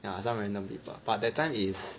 some random people that time is